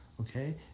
okay